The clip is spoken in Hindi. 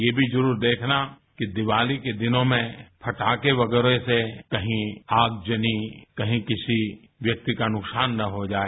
ये भी जरूर देखना कि दिवाली के दिनों में पटाखे वगैरह से कहीं आगजनी कहीं किसी व्यक्ति का नुकसान न हो जाए